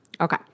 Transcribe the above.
Okay